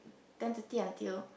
ten thirty until